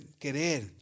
querer